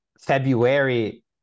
February